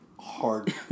Hard